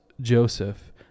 Joseph